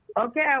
Okay